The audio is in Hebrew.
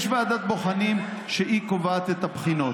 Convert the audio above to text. יש ועדת בוחנים, שהיא קובעת את הבחינות.